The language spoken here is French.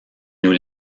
nous